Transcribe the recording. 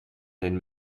zijn